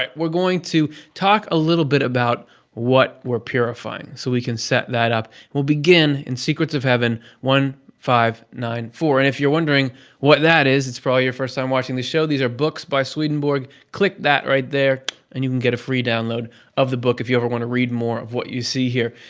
um we're going to talk a little bit about what we're purifying, so we can set that up. we'll begin in secrets of heaven one thousand five hundred and ninety four. and if you're wondering what that is, it's probably your first time watching this show, these are books by swedenborg. click that right there and you can get a free download of the book if you ever want to read more of what you see here.